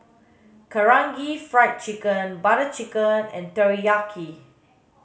Karaage Fried Chicken Butter Chicken and Teriyaki